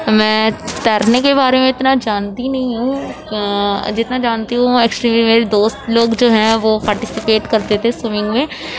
میں تیرنے کے بارے اتنا جانتی نہیں ہوں جتنا جانتی ہوں ایکچولی میرے دوست لوگ جو ہیں وہ پارٹیسپیٹ کرتے تھے سوئمنگ میں